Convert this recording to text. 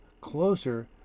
closer